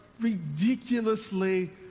ridiculously